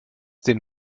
den